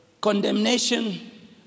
Condemnation